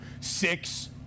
six